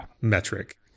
metric